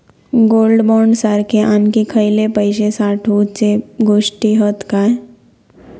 Gold bond सारखे आणखी खयले पैशे साठवूचे गोष्टी हत काय?